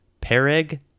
Pereg